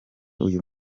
uyu